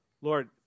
Lord